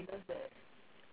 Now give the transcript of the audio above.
eh actually it's